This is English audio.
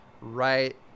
right